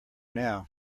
now